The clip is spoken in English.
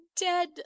dead